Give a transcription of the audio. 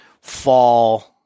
fall